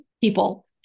people